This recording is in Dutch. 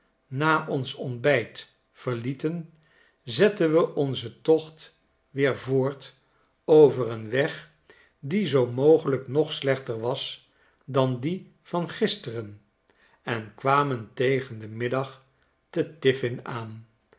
na ons ontbijt verlieten zetten we onzen tocht weer voort over een weg die zoo mogelijk nog slechter was dan die van gisteren en kwamen tegen den middag te tiffin aan